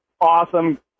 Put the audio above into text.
Awesome